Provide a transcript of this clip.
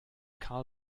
karl